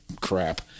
crap